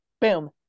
Boom